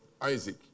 Isaac